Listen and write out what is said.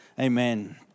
Amen